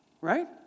right